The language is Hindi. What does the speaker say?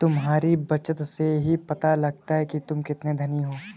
तुम्हारी बचत से ही पता लगता है तुम कितने धनी हो